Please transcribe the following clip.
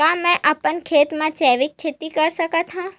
का मैं अपन खेत म जैविक खेती कर सकत हंव?